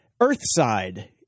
Earthside